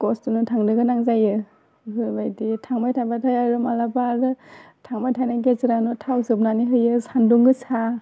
खस्टनो थांनो गोनां जायो बेफोरबायदि थांबाय थाबाथाय आरो मालाबा आरो थांबाय थानाय गेजेरावनो थाव जोबनानै होयो सानदुं गोसा